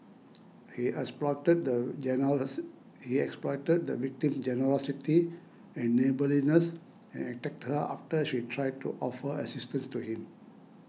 he exploited the generous he exploited the victim's generosity and neighbourliness and attacked her after she tried to offer assistance to him